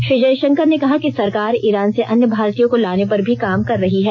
श्री जयशंकर ने कहा है कि सरकार ईरान से अन्य भारतीयों को लाने पर भी काम कर रही है